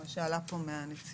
מה שעלה כאן מהנציבות.